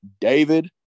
David